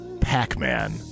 Pac-Man